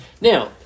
Now